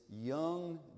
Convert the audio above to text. young